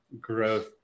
growth